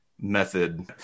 method